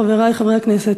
חברי חברי הכנסת,